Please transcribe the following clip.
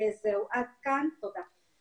זהו, עד כאן, תודה.